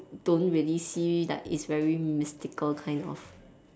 don't really see like it's very mystical kind of